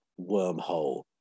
wormhole